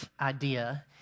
idea